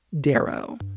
Darrow